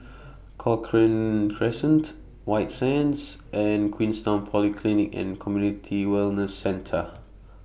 Cochrane Crescent White Sands and Queenstown Polyclinic and Community Wellness Centre